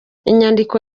inyandiko